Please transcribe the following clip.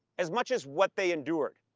as much as what they endured.